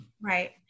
Right